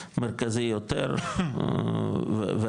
מהמרכזי יותר והלאה.